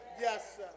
Yes